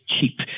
cheap